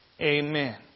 Amen